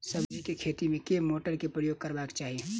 सब्जी केँ खेती मे केँ मोटर केँ प्रयोग करबाक चाहि?